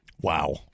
Wow